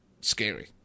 scary